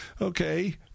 okay